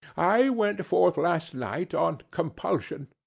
i went forth last night on compulsion,